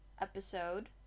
episode